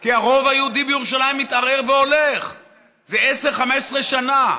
כי הרוב היהודי בירושלים מתערער והולך 10 15 שנה.